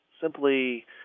simply